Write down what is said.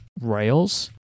rails